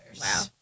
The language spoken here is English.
Wow